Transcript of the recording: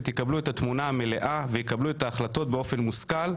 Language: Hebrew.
יקבלו את התמונה המלאה ואת ההחלטות באופן מושכל,